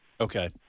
Okay